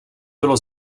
bylo